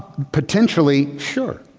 potentially, sure